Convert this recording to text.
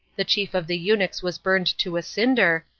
the chief of the eunuchs was burned to a cinder,